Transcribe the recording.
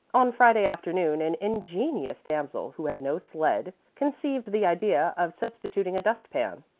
on friday afternoon an ingenious damsel who had no sled conceived the idea of substituting a dust-pan.